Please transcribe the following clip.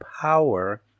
power